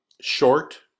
short